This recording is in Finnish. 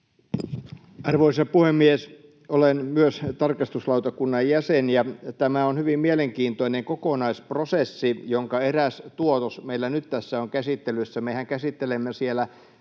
Arvoisa puhemies! Olen myös tarkastuslautakunnan jäsen, ja tämä on hyvin mielenkiintoinen kokonaisprosessi, jonka eräs tuotos meillä nyt tässä on käsittelyssä. Mehän käsittelemme siellä